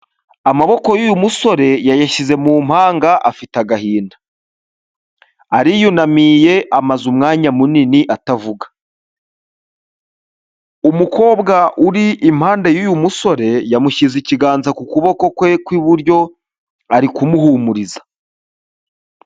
Amaboko y'uyu musore yayashyize mu mpanga, afite agahinda. Ariyunamiye, amaze umwanya munini atavuga. Umukobwa uri impande y'uyu musore, yamushyize ikiganza ku kuboko kwe kw'iburyo, ari kumuhumuriza.